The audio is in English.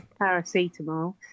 paracetamol